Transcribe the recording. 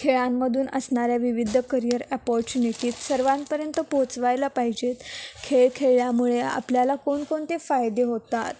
खेळांमधून असणाऱ्या विविध करिअर अपॉर्च्युनिटीज सर्वांपर्यंत पोहोचवल्या पाहिजेत खेळ खेळल्यामुळे आपल्याला कोणकोणते फायदे होतात